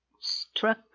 struck